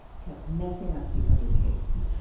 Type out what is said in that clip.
kept messing up the other takes.